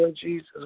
Jesus